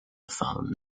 phone